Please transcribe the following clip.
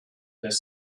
this